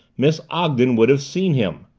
miss ogden would have seen him.